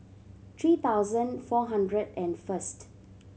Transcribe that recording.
three thousand four hundred and first